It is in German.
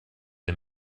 dem